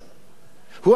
הוא אפילו לא יישאר פה.